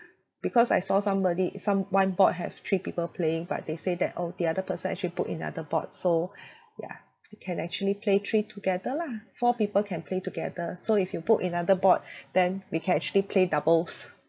because I saw somebody some one board have three people playing but they say that oh the other person actually book another board so ya you can actually play three together lah four people can play together so if you book another board then we can actually play doubles